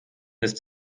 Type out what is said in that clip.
ist